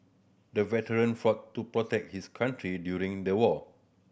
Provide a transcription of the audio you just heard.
the veteran fought to protect his country during the war